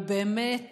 הוא באמת